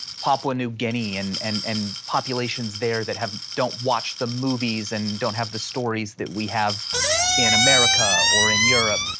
papua new guinea and and and populations there that don't watch the movies and don't have the stories that we have in america or in europe?